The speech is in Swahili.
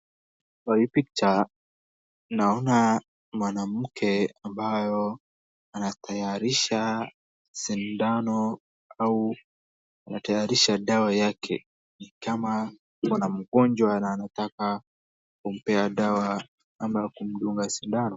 kwa hii picha, naona mwanamke ambayo anatayarisha sindano au anatayarisha dawa yake, ni kama ana mgonjwa na anataka kumpea dawa ama kumdunga sindano.